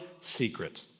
Secret